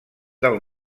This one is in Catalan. del